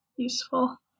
Useful